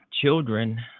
children